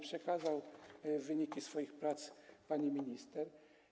Przekazał wyniki swoich prac pani minister.